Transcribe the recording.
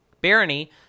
Barony